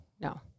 no